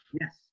Yes